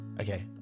Okay